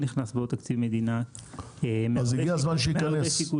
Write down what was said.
בטח סגור, כי זה על חשבון הציבור.